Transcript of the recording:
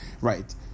right